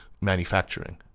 manufacturing